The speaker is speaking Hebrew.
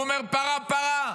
הוא אמר: פרה-פרה,